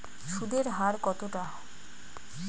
সুদের হার কতটা?